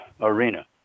arena